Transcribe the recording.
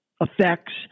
effects